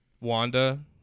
wanda